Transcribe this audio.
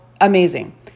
amazing